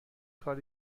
کار